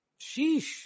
sheesh